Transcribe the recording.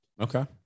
Okay